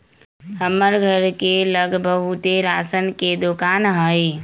हमर घर के लग बहुते राशन के दोकान हई